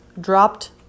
dropped